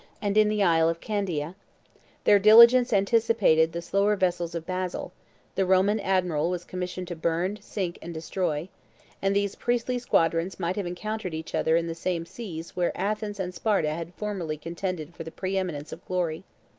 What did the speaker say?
and in the isle of candia their diligence anticipated the slower vessels of basil the roman admiral was commissioned to burn, sink, and destroy and these priestly squadrons might have encountered each other in the same seas where athens and sparta had formerly contended for the preeminence of glory.